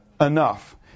enough